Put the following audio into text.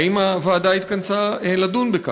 האם הוועדה התכנסה לדון בכך?